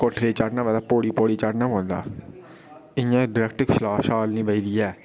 कि कोठै'र चढ़ना होऐ तां पौड़ी पौड़ी चढ़ना पौंदा इं'या डरैक्ट छाल निं बजदी ऐ